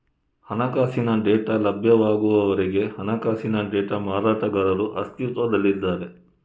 ಹಣಕಾಸಿನ ಡೇಟಾ ಲಭ್ಯವಾಗುವವರೆಗೆ ಹಣಕಾಸಿನ ಡೇಟಾ ಮಾರಾಟಗಾರರು ಅಸ್ತಿತ್ವದಲ್ಲಿದ್ದಾರೆ